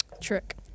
trick